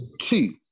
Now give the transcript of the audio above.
Two